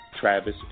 Travis